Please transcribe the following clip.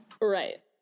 Right